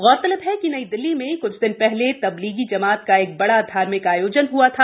गौरतलब है कि नई दिल्ली में क्छ दिन पहले तबलीग जमात का एक बड़ा धार्मिक आयोजन हुआ था